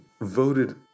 voted